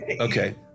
Okay